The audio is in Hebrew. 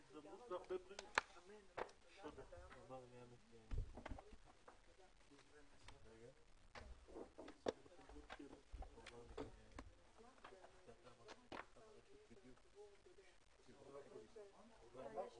הישיבה ננעלה בשעה 14:59.